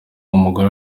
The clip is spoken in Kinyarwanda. umugore